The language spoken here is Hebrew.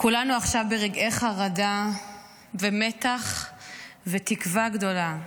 כולנו עכשיו ברגעי חרדה ומתח ותקווה גדולה.